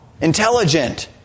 intelligent